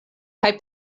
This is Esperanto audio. kaj